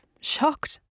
shocked